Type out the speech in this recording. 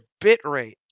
bitrate